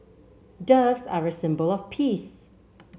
doves are a symbol of peace